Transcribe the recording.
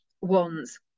ones